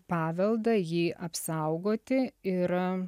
paveldą jį apsaugoti ir